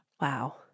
Wow